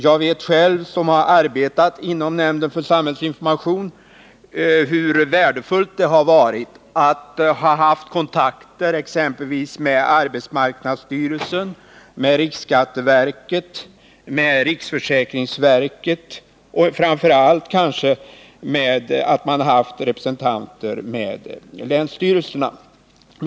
Jag själv, som har arbetat i nämnden för samhällsinformation, vet hur värdefullt det har varit att ha kontakter med exempelvis arbetsmarknadsstyrelsen, riksskatteverket, riksförsäkringsverket och framför allt med representanter för länsstyrelserna.